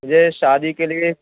مجھے شادی کے لیے